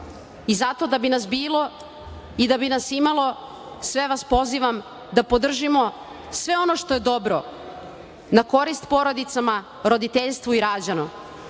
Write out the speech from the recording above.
bude i da bi nas bilo i da bi nas imalo, sve vas pozivam da podržimo sve ono što je dobro na korist porodicama, roditeljstvu i rađanju.